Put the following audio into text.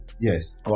Yes